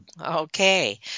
Okay